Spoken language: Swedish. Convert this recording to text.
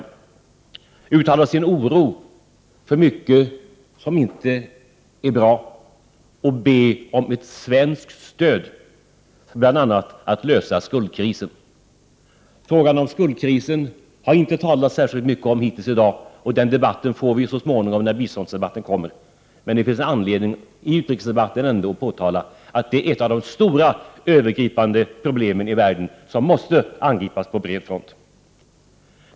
Delegationen uttalade också sin oro för mycket som inte är bra och bad om svenskt stöd bl.a. för att lösa skuldkrisen. Skuldkrisen har det inte talats särskilt mycket om hittills i dag, och den får vi diskutera när biståndsdebatten kommer, men det finns anledning att i utrikesdebatten ändå påtala att den är ett av de stora övergripande problemen i världen som måste angripas på bred front.